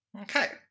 Okay